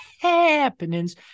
happenings